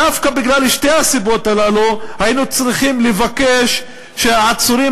דווקא משתי הסיבות האלה היינו צריכים לבקש שהעצורים